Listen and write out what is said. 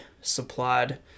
supplied